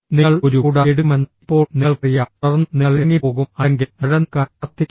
നിങ്ങൾ ഒരു കുട എടുക്കുമെന്ന് ഇപ്പോൾ നിങ്ങൾക്കറിയാം തുടർന്ന് നിങ്ങൾ ഇറങ്ങിപ്പോകും അല്ലെങ്കിൽ മഴ നിൽക്കാൻ കാത്തിരിക്കും